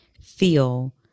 feel